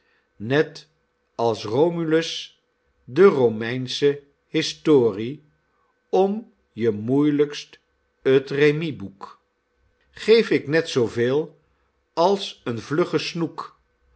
net als romulus de romeinsche historie om je moeilijkst ut re miboek geef ik net zooveel als een vlugge snoek